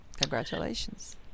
Congratulations